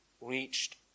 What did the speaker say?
reached